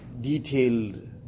detailed